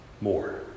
More